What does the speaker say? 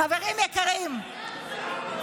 חברים יקרים,